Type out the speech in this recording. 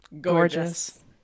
gorgeous